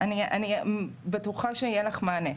אני בטוחה שיהיה לך מענה.